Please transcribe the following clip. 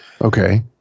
Okay